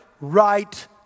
right